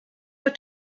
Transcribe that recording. your